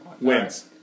wins